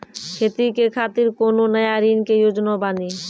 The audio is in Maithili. खेती के खातिर कोनो नया ऋण के योजना बानी?